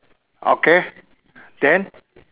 okay then